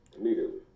immediately